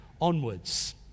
onwards